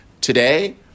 Today